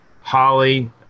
Holly